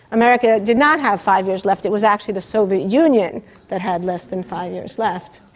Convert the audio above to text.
america did not have five years left, it was actually the soviet union that had less than five years left.